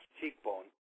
cheekbone